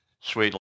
Sweet